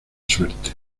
suerte